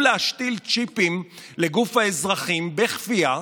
להשתיל צ'יפים לגוף האזרחים בכפייה,